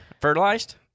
Fertilized